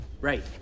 Right